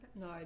No